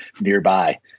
nearby